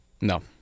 No